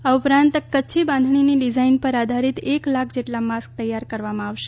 આ ઉપરાંત કચ્છી બાંધણીની ડિઝાઇન પર આધારિત એક લાખ જેટલા માસ્ક તૈયાર કરવામાં આવશે